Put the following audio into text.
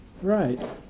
Right